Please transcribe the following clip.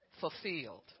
fulfilled